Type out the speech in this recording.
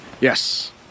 Yes